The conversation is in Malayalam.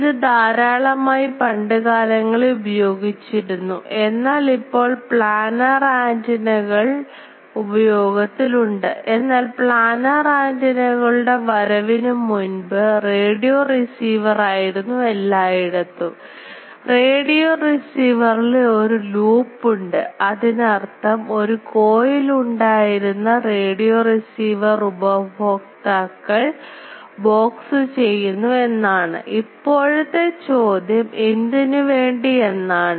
ഇത് ധാരാളമായി പണ്ടുകാലങ്ങളിൽ ഉപയോഗിച്ചിരുന്നു എന്നാൽ ഇപ്പോൾ പ്ലാനർ ആന്റിന കൾ ഉപയോഗത്തിലുണ്ട് എന്നാൽ പ്ലാനർ ആന്റിനകളുടെ വരവിനു മുൻപ് മുൻപ് റേഡിയോ റിസീവർ ആയിരുന്നു എല്ലായിടത്തും റേഡിയോ റിസീവർൽ ഒരു ലൂപ്പ് ഉണ്ട് അതിനർത്ഥം ഒരു കോയിൽ ഉണ്ടായിരുന്ന റേഡിയോ റിസീവർ ഉപയോക്താക്കൾ ബോക്സ് ചെയ്യുന്നു എന്നാണ്ഇപ്പോഴത്തെ ചോദ്യം എന്തിനു വേണ്ടി എന്നാണ്